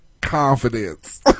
confidence